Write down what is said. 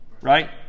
right